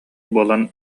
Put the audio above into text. буолан